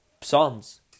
Psalms